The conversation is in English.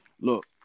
look